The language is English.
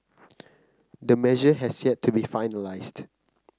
the measure has yet to be finalised